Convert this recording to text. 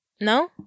No